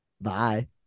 Bye